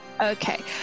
okay